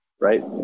right